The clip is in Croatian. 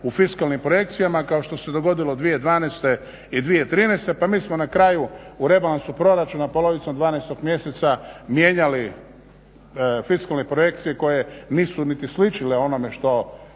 u fiskalnim projekcijama kao što se dogodilo 2012. i 2013., pa mi smo na kraju u rebalansu proračuna polovicom 12. mjeseca mijenjali fiskalne projekcije koje nisu niti sličile onome što